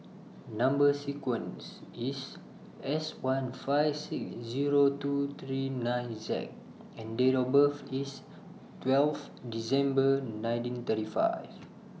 Number sequence IS S one five six Zero two three nine Z and Date of birth IS twelve December nineteen thirty five